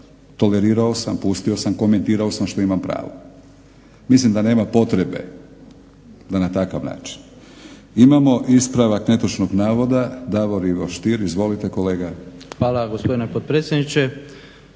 tolerirao sam, pustio sam, komentirao sam što imam pravo. Mislim da nema potrebe da na takav način. Imamo ispravak netočnog navoda, Davor Ivo Stier. Izvolite kolega. **Stier, Davor Ivo (HDZ)** Hvala gospodine potpredsjedniče.